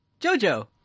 Jojo